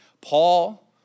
Paul